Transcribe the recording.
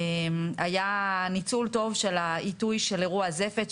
היה ניצול טוב של העיתוי של אירוע הזפת,